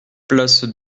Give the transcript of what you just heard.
place